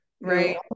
right